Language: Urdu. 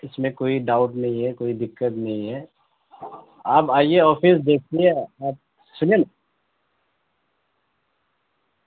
اس میں کوئی ڈاؤٹ نہیں ہے کوئی دقت نہیں ہے آپ آئیے آفس دیکھیے آپ سنیں نا